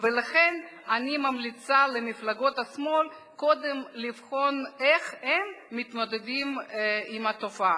ולכן אני ממליצה למפלגות השמאל קודם לבחון איך הם מתמודדים עם התופעה.